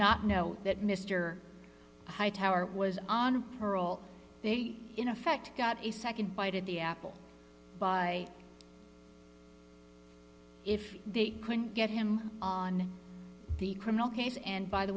not know that mister was on parole they in effect got a nd bite at the apple by if they couldn't get him on the criminal case and by the